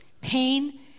pain